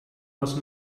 was